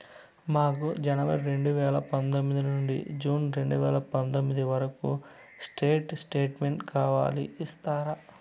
మాకు జనవరి రెండు వేల పందొమ్మిది నుండి జూన్ రెండు వేల పందొమ్మిది వరకు స్టేట్ స్టేట్మెంట్ కావాలి ఇస్తారా